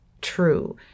true